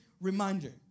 reminder